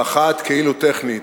ואחת כאילו טכנית.